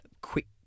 quick